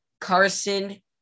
Carson